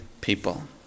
people